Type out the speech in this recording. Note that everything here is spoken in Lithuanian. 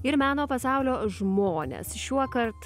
ir meno pasaulio žmones šiuokart